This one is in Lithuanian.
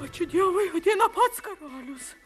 ačiū dievui ateina pats karalius